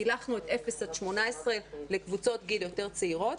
פילחנו את 0 18 לקבוצות גיל יותר צעירות.